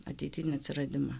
ateity atsiradimą